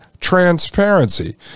transparency